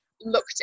looked